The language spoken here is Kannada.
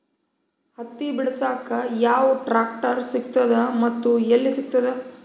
ಹತ್ತಿ ಬಿಡಸಕ್ ಯಾವ ಟ್ರಾಕ್ಟರ್ ಸಿಗತದ ಮತ್ತು ಎಲ್ಲಿ ಸಿಗತದ?